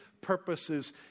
purposes